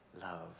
love